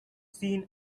seen